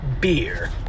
beer